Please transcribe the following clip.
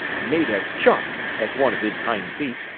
made a chop at one of his hind feet,